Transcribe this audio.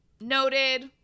Noted